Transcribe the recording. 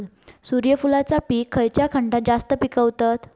सूर्यफूलाचा पीक खयच्या खंडात जास्त पिकवतत?